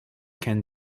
can